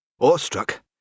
Awestruck